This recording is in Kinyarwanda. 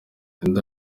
indi